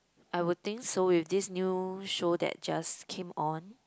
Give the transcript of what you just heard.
I would think so if this new show that just came on